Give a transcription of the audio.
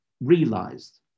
realized